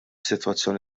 sitwazzjoni